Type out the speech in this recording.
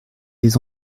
des